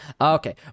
Okay